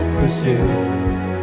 pursuit